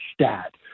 stat